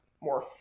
more